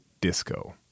disco